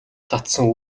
татсан